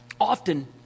Often